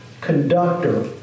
conductor